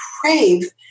crave